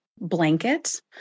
blanket